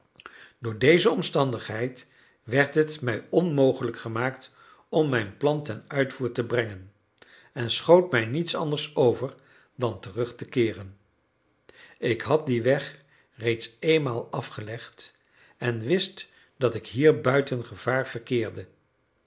door deze omstandigheid werd het mij onmogelijk gemaakt om mijn plan ten uitvoer te brengen en schoot mij niets anders over dan terug te keeren ik had dien weg reeds eenmaal afgelegd en wist dat ik hier buiten gevaar verkeerde